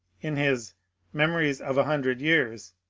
in his memories of a hundred years,